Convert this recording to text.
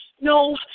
no